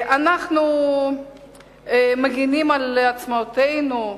אנחנו מגינים על עצמאותנו,